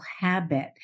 habit